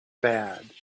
bad